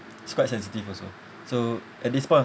it's quite sensitive also so at this point of